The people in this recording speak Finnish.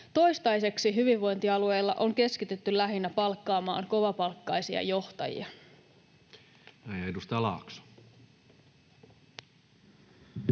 Toistaiseksi hyvinvointialueilla on keskitytty lähinnä palkkaamaan kovapalkkaisia johtajia.